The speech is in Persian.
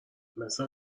مثل